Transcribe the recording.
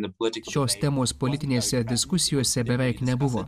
šios temos politinėse diskusijose beveik nebuvo